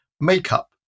makeup